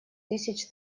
тысяч